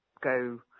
go